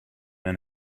and